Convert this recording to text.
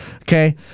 Okay